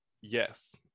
yes